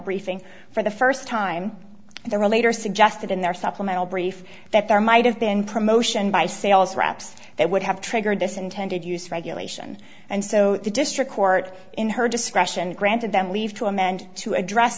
briefing for the first time they were later suggested in their supplemental brief that there might have been promotion by sales reps that would have triggered this intended use regulation and so the district court in her grand discretion did them leave to amend to address